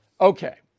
Okay